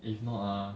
if not ah